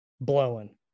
blowing